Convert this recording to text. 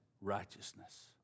righteousness